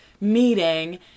meeting